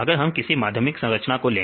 अगर हम किसी माध्यमिक संरचना को ले